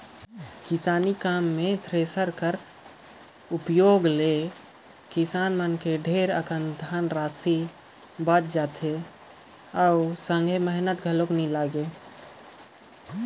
किसानी काम मे थेरेसर कर परियोग करे ले किसान कर ढेरे अकन धन रासि कर बचत कर संघे मेहनत हर बाचथे